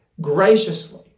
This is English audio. graciously